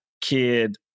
kid